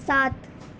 سات